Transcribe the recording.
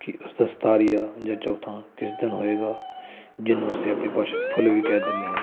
ਕਿ ਅਸਤ ਸਤਾਰੀਆ ਜਾਂ ਚੌਥਾ ਕਿਸ ਦਿਨ ਹੋਏਗਾ ਜਿਹਨੂੰ ਅਸੀਂ ਆਪਣੀ ਭਾਸ਼ਾ ਵਿੱਚ ਫੁੱਲ ਵੀ ਕਹਿ ਦਿੰਦੇ ਹਾਂ